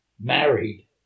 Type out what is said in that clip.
married